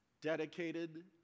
dedicated